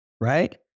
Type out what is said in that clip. Right